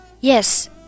Yes